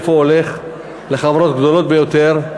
לחברות הגדולות ביותר,